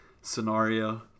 scenario